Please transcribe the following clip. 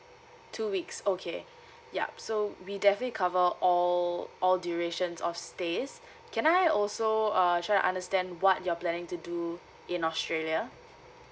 two weeks okay yup so we definitely cover all all durations of stays can I also uh try to understand what you're planning to do in australia